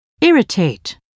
Irritate